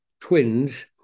twins